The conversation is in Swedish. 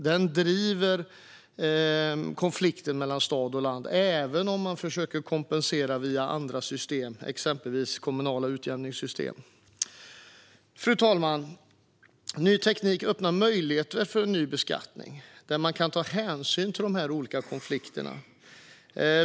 Den driver konflikten mellan stad och land, även om man försöker kompensera via andra system som kommunala utjämningssystem. Fru talman! Ny teknik öppnar möjligheter för en ny beskattning där man kan ta hänsyn till dessa olika konflikter.